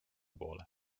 poole